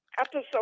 episode